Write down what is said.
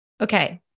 Okay